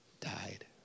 died